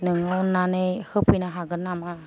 नोङो अननानै होफैनो हागोन नामा